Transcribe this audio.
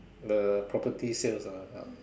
the property sales ah ah